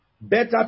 Better